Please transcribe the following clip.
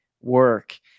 work